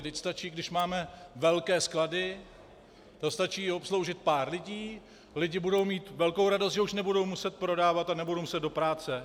Vždyť stačí, když máme velké sklady, to stačí obsloužit pár lidí, lidi budou mít velkou radost, že už nebudou muset prodávat a nebudou muset do práce.